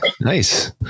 nice